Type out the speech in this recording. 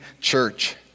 church